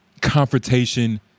Confrontation